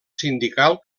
sindical